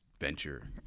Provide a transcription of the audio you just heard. venture